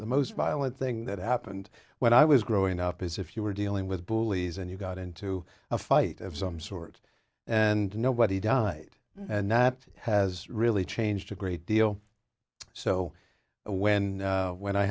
the most violent thing that happened when i was growing up is if you were dealing with bullies and you got into a fight of some sort and nobody died and that has really changed a great deal so when when i